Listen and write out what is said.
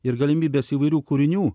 ir galimybes įvairių kūrinių